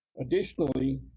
additionally,